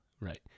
Right